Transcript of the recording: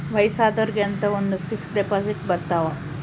ವಯಸ್ಸಾದೊರ್ಗೆ ಅಂತ ಒಂದ ಫಿಕ್ಸ್ ದೆಪೊಸಿಟ್ ಬರತವ